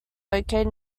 located